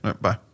Bye